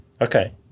okay